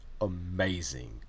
amazing